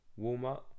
Walmart